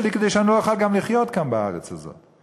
כדי שאני לא אוכל גם לחיות כאן בארץ הזאת.